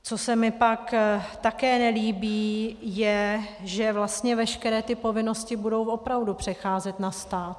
Co se mi pak také nelíbí, je, že vlastně veškeré ty povinnosti budou opravdu přecházet na stát.